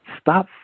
stop